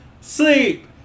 sleep